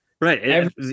right